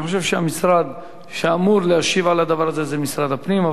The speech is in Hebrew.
אני חושב שהמשרד שאמור להשיב על הדבר הזה זה משרד הפנים,